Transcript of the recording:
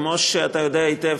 כמו שאתה יודע היטב,